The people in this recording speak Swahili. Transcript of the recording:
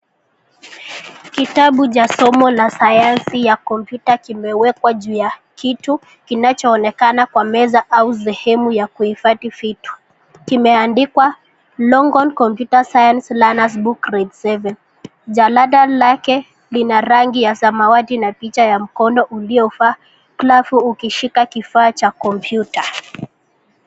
Kitabu cha somo la sayansi ya kompyuta kimewekwa juu ya kitu kinachoonekana kwa meza au sehemu ya kuhifadhi vitu. Kimeandikwa Longhorn Computer Science Learner's Book Grade 7.Jalada lake lina rangi ya samawati na picha ya mkono uliovaa glavu ukishika kifaa cha kompyuta.